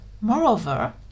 Moreover